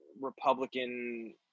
Republican